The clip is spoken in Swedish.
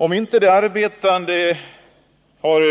Om inte de arbetande har